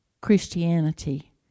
Christianity